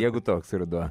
jeigu toks ruduo